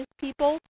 people